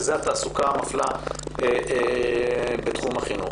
בעניין התעסוקה המפלה בתחום החינוך.